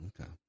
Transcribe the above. Okay